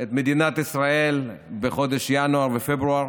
את מדינת ישראל בחודש ינואר ופברואר,